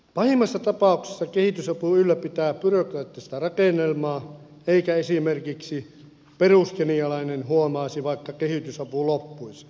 pahimmassa tapauksessa kehitysapu ylläpitää byrokraattista rakennelmaa eikä esimerkiksi peruskenialainen huomaisi vaikka kehitysapu loppuisi